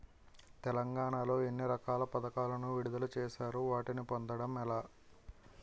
తెలంగాణ లో ఎన్ని రకాల పథకాలను విడుదల చేశారు? వాటిని పొందడం ఎలా?